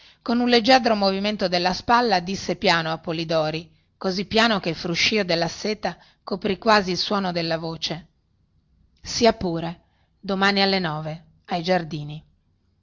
con un leggiadro movimento della spalla disse piano a polidori così piano che il fruscìo della seta coprì quasi il suono della voce sia pure domani alle nove ai giardini